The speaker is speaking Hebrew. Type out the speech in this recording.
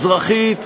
אזרחית,